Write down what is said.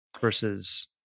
versus